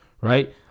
right